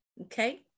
okay